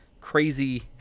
crazy